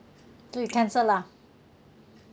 so you cancelled ah